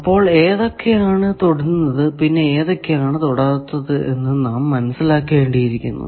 അപ്പോൾ ഏതൊക്കെ ആണ് തൊടുന്നത് പിന്നെ ഏതൊക്കെ ആണ് തൊടാത്തതു എന്ന് നാം മനസ്സിലാക്കേണ്ടിയിരിക്കുന്നു